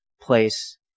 place